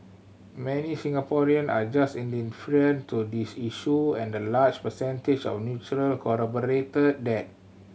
many Singaporean are just indifferent to this issue and the large percentage of neutral corroborated that